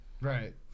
Right